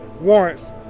warrants